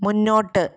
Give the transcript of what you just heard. മുന്നോട്ട്